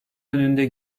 önünde